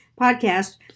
podcast